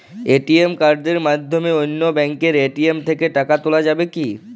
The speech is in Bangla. এ.টি.এম কার্ডের মাধ্যমে অন্য ব্যাঙ্কের এ.টি.এম থেকে টাকা তোলা যাবে কি?